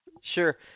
Sure